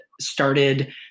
started